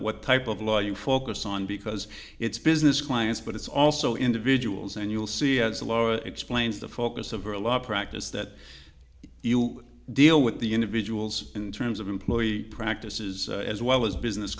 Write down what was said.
what type of law you focus on because it's business clients but it's also individuals and you'll see it's a lower explains the focus of the law practice that you deal with the individuals in terms of employee practices as well as business